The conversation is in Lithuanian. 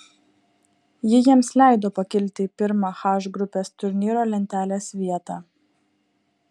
ji jiems leido pakilti į pirmą h grupės turnyro lentelės vietą